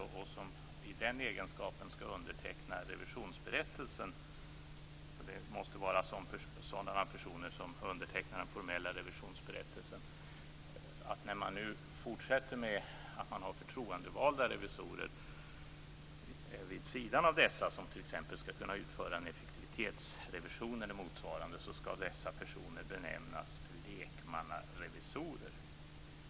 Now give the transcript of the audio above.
Vid sidan av dessa har man förtroendevalda revisorer, som t.ex. skall kunna utföra en effektivitetsrevision eller motsvarande. Regeringen har nu av någon outgrundlig anledning fallit för frestelsen att benämna de icke auktoriserade revisorerna lekmannarevisorer.